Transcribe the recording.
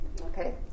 Okay